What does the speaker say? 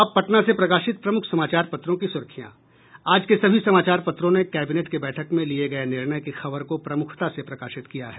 अब पटना से प्रकाशित प्रमुख समाचार पत्रों की सुर्खियां आज के सभी समाचार पत्रों ने कैबिनेट की बैठक में लिये गये निर्णय की खबर को प्रमुखता से प्रकाशित किया है